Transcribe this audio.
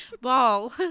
Ball